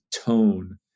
tone